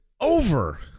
over